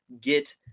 get